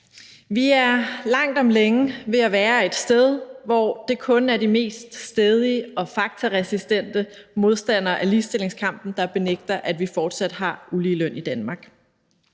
Vi er langt om længe ved at være et sted, hvor det kun er de mest stædige og faktaresistente modstandere af ligestillingskampen, der benægter, at vi fortsat har uligeløn i Danmark.